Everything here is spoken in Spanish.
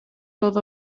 todo